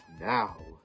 now